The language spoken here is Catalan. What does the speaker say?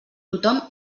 tothom